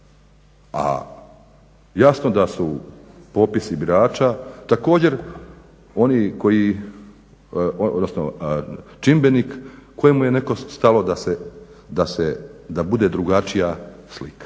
A jasno da su popisi birača također oni koji, odnosno čimbenik kojem je nekom stalo da bude drugačija slika